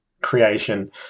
creation